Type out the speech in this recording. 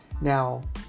Now